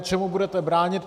Čemu budete bránit?